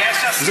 אז גם אני,